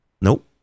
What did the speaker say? Nope